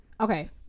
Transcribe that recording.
Okay